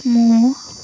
ମୁଁଁ